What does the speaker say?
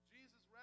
Jesus